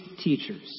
teachers